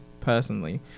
personally